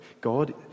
God